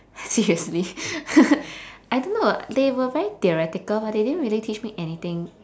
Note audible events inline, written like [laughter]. seriously [laughs] I don't know they were very theoretical but they didn't really teach me anything